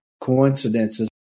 coincidences